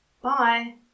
Bye